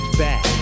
back